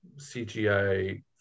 CGI